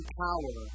power